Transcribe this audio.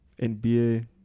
NBA